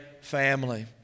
family